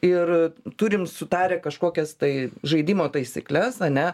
ir turim sutarę kažkokias tai žaidimo taisykles ane